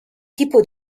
tipo